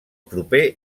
proper